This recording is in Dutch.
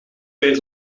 weer